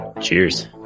Cheers